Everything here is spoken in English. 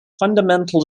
fundamentals